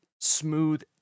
smooth